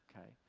okay